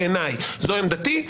זו עמדתי.